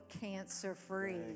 cancer-free